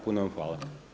Puno vam hvala.